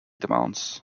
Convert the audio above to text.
demands